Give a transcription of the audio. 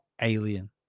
alien